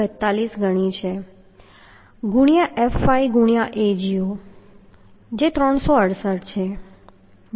242 ગણી છે ગુણ્યાં fy ગુણ્યાં Ago 368 છે ભાગ્યા 1